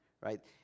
right